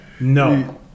No